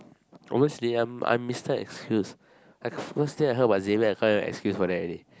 almost late ah I miss the excuse I first day I heard my Xavier I call excuse for that already